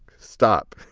stop